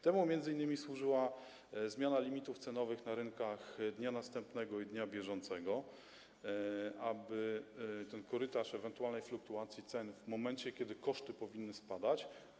Temu m.in. służyła zmiana limitów cenowych na rynkach dnia następnego i dnia bieżącego, aby mógł zaistnieć ten korytarz ewentualnej fluktuacji cen w momencie, kiedy koszty powinny spadać.